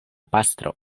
pastro